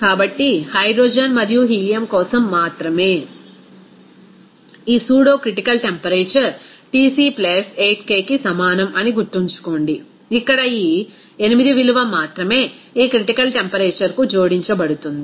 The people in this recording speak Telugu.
కాబట్టి హైడ్రోజన్ మరియు హీలియం కోసం మాత్రమే ఈ సూడో క్రిటికల్ టెంపరేచర్ Tc 8 Kకి సమానం అని గుర్తుంచుకోండి ఇక్కడ ఈ 8 విలువ మాత్రమే ఈ క్రిటికల్ టెంపరేచర్ కు జోడించబడుతుంది